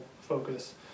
focus